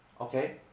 okay